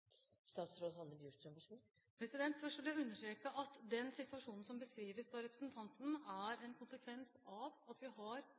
Først vil jeg understreke at den situasjonen som beskrives av representanten, er en konsekvens av at vi har